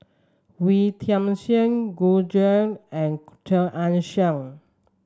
Wee Tian Siak Gu Juan and Chia Ann Siang